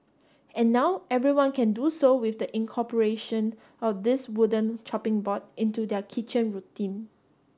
and now everyone can do so with the incorporation of this wooden chopping board into their kitchen routine